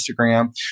Instagram